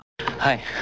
hi